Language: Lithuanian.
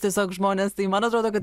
tiesiog žmones tai man atrodo kad